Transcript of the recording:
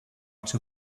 two